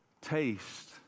Taste